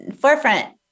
forefront